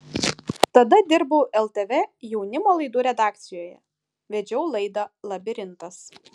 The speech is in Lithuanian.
tada dirbau ltv jaunimo laidų redakcijoje vedžiau laidą labirintas